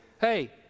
hey